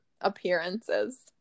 appearances